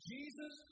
Jesus